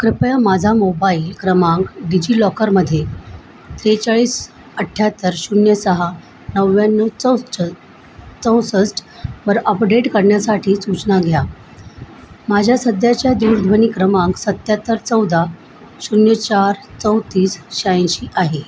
कृपया माझा मोबाईल क्रमांक डिजिलॉकरमध्ये त्रेचाळीस अठ्ठ्याहत्तर शून्य सहा नव्याण्णव चौच चौसष्ठ वर अपडेट करण्यासाठी सूचना घ्या माझ्या सध्याच्या दूरध्वनी क्रमांक सत्याहत्तर चौदा शून्य चार चौतीस शहाऐंशी आहे